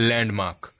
Landmark